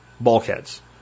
bulkheads